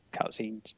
cutscenes